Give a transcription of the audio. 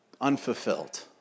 unfulfilled